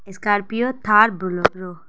Scorpio Thar Bolero